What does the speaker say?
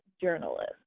journalist